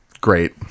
Great